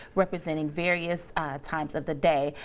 representing various times of the day.